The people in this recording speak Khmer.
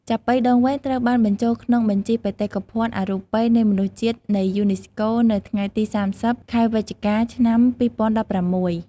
ចាប៉ីដងវែងត្រូវបានបញ្ជូលក្នុងបញ្ជីបេតិកភណ្ឌអរូបីនៃមនុស្សជាតិនៃយូនេស្កូ នៅថ្ងៃទី៣០ ខែវិច្ឆិកា ឆ្នាំ២០១៦។